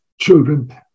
children